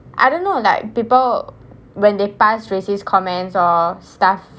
I don't know like people when they passed racist comments or stuff